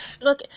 look